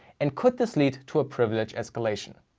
and could this lead to a privileged escalation?